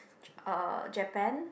j~ uh Japan